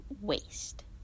waste